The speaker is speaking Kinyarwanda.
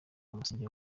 umusingi